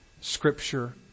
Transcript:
Scripture